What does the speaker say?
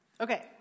Okay